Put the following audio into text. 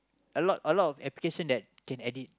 a lot a lot of application that can edit